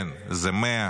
כן, זה 100,